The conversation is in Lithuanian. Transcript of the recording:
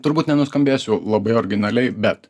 turbūt nenuskambėsiu labai originaliai bet